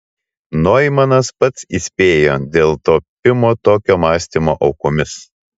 noimanas pats įspėjo dėl tapimo tokio mąstymo aukomis